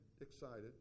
excited